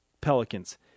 Pelicans